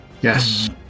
Yes